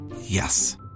Yes